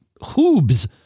hoobs